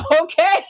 okay